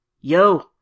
Yo